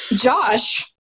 Josh